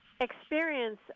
experience